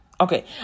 Okay